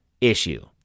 issue